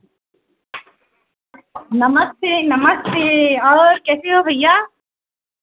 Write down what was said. नमस्ते नमस्ते और कैसे हो भैया